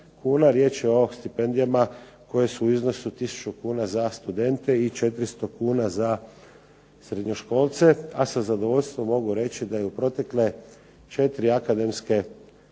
Riječ je o stipendijama koje su u iznosu tisuću kuna za studente i 400 kuna za srednjoškolce. A sa zadovoljstvom mogu reći da je u protekle 4 akademske odnosno